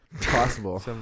Possible